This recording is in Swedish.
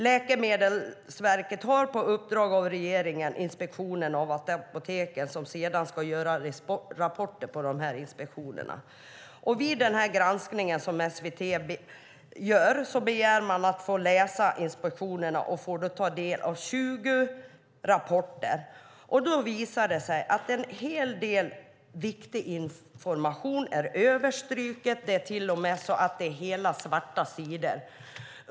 Läkemedelsverket har på uppdrag av regeringen inspektionen av apoteken och ska sedan göra rapporter utifrån de här inspektionerna. Vid den granskning som SVT gör begär man att få ta del av inspektionerna. Man får då ta del av 20 rapporter. Det visar sig att en hel del viktig information är överstruken. Det är till och med så att hela sidor är svarta.